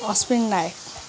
Ashwin Nayak